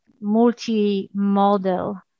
multi-model